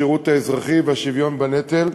השירות האזרחי והשוויון בנטל.